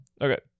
Okay